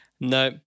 No